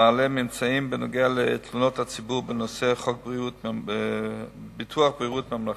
מעלה ממצאים בתחום תלונות הציבור בנושא חוק ביטוח בריאות ממלכתי.